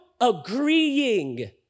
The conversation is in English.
agreeing